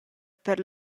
per